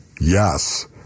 yes